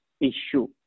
issue